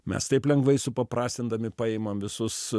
mes taip lengvai supaprastindami paimam visus